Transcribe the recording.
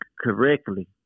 correctly